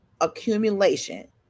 accumulation